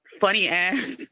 funny-ass